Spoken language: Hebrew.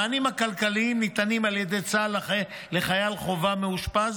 המענים הכלכליים הניתנים על ידי צה"ל לחייל חובה מאושפז